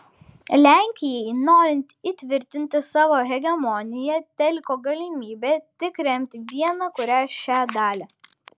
lenkijai norint įtvirtinti savo hegemoniją teliko galimybė tik remti vieną kurią šią dalį